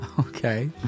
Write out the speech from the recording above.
Okay